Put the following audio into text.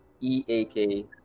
e-a-k